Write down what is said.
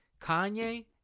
Kanye